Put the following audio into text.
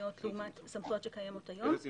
המקומיות לעומת סמכויות שקיימות היום --- איזה צמצום?